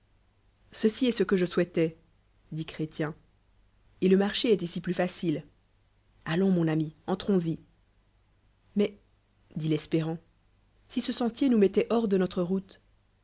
ceci est cc que je souhaitois dit chrétien et le marcher est ici plus facile allons mon ami entrons mais di l'eapéran t si cil septiet nous mettoit hors de notre route